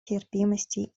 терпимости